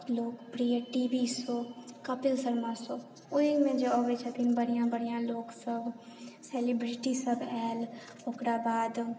लोकप्रिय T V show Kapil Sharma show ओहिमे जे अबैत छथिन बढ़िआँ बढ़िआँ लोक सभ सेलिब्रिटी सभ आयल ओकरा बाद